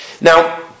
Now